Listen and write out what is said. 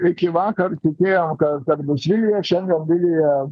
iki vakar tikėjo kad bus vilija šiandien vilija